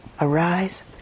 arise